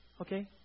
Okay